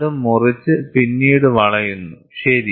അത് മുറിച്ച് പിന്നീട് വളയുന്നു ശരി